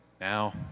Now